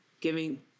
giving